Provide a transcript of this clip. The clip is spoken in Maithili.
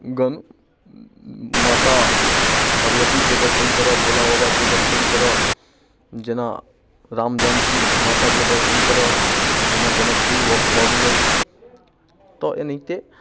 माता भगवतीके दर्शन करय भोला बाबाके दर्शन करय जेना राम जानकी माताके दर्शन करय जेना जनकपुर भऽ गेलै तऽ एनाहिते